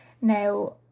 Now